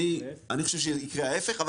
אני חושב שיקרה ההיפך.